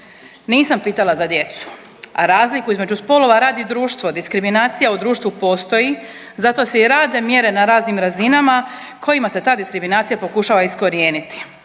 Nisam pitala za djecu, a razliku između spolova radi društvo, diskriminacija u društvu postoje, zato se i rade mjere na raznim razinama kojima se ta diskriminacija pokušava iskorijeniti.